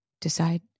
decide